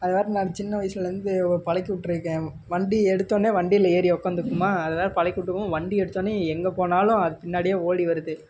அதை வேறு நான் சின்ன வயசுலேருந்து பழக்கி விட்ருக்கேன் வண்டி எடுத்தோடனே வண்டியில் ஏறி உட்காந்துக்குமா அதை வேறு பழக்கி விட்ருக்கவும் வண்டி எடுத்தோடனையே எங்கே போனாலும் அது பின்னாடியே ஓடி வருது